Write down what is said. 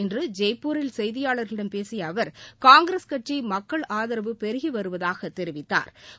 இன்று ஜெய்ப்பூரில் செய்தியாளர்களிடம் பேசிய அவர் காங்கிரஸ் கட்சிக்கு மக்கள் ஆதரவு பெருகி வருவதாகத் தெரிவித்தாா்